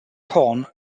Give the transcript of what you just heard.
corn